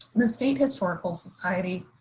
the state historical society,